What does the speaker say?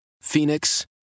Phoenix